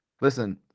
Listen